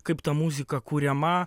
kaip ta muzika kuriama